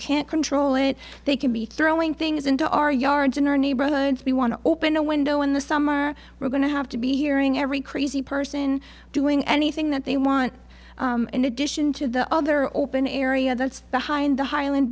can't control it they can be throwing things into our yards in our neighborhoods we want to open a window in the summer we're going to have to be hearing every crazy person doing anything that they want in addition to the other open area that's behind the highland